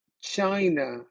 China